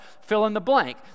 fill-in-the-blank